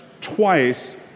twice